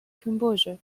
composure